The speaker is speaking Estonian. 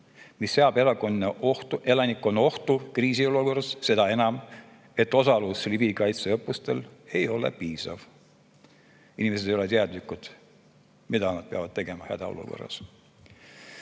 mis seab elanikkonna kriisiolukorras ohtu, seda enam, et osalus riigikaitseõppustel ei ole piisav. Inimesed ei ole teadlikud, mida nad peavad tegema hädaolukorras. Tsiviilkaitse